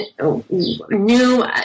new